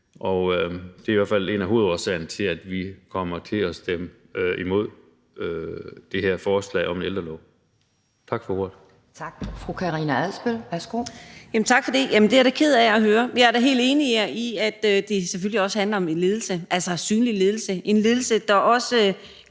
og det er i hvert fald en af hovedårsagerne til, at vi kommer til at stemme imod det her forslag om en ældrelov. Tak for ordet. Kl. 18:30 Anden næstformand (Pia Kjærsgaard): Tak. Fru Karina Adsbøl, værsgo. Kl. 18:30 Karina Adsbøl (DF): Tak for det. Jamen det er jeg da ked af at høre. Jeg er da helt enig i, at det selvfølgelig også handler om ledelse, altså synlig ledelse – en ledelse, der også